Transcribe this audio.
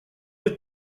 with